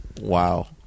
Wow